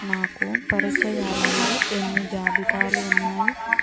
నాకు పరిచయాలలో ఎన్ని జాబితాలు ఉన్నాయి